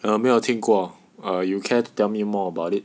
err 没有听过 err you care to tell me more about it